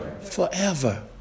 Forever